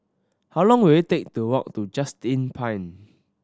how long will it take to walk to Just Inn Pine